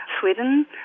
Sweden